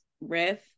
riff